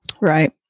Right